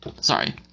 sorry